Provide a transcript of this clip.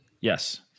Yes